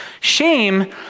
Shame